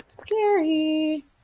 scary